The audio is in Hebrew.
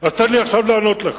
אז תן לי עכשיו לענות לך.